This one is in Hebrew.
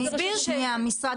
אמרתי.